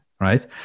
right